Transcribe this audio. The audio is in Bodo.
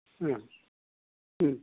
ओ औ